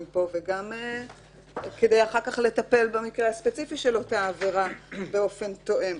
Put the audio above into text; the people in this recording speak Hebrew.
פה וגם אחר כך כדי לטפל במקרה הספציפי של אותה עבירה באופן תואם.